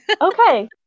Okay